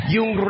Yung